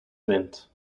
event